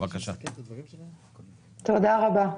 תודה רבה.